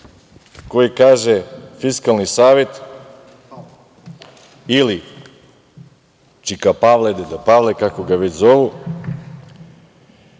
koji kaže Fiskalni savet ili čika Pavle, deda Pavle, kao ga već zovu